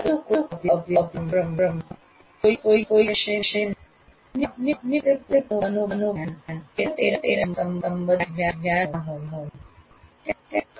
પરંતુ કોઈક અભ્યાસક્રમમાં અથવા કોઈક વિષયમાં આપની પાસે પૂર્વનું જ્ઞાન અથવા તેનાથી સંબંધિત જ્ઞાન ના હોય